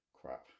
crap